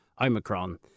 Omicron